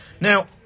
Now